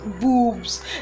boobs